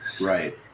Right